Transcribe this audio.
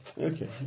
Okay